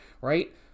right